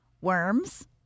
Worms